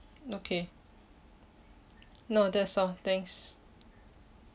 okay no that's all thanks